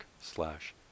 slash